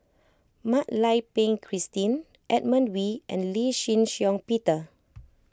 Mak Lai Peng Christine Edmund Wee and Lee Shih Shiong Peter